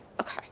okay